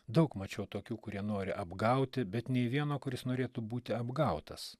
daug mačiau tokių kurie nori apgauti bet nei vieno kuris norėtų būti apgautas